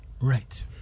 Right